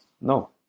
no